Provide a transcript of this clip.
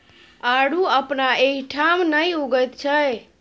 आड़ू अपना एहिठाम नहि उगैत छै